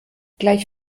gleich